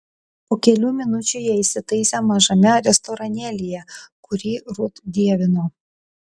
po kelių minučių jie įsitaisė mažame restoranėlyje kurį rut dievino